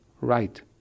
right